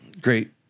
great